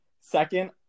second